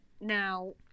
Now